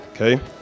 Okay